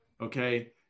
Okay